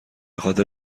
خاطر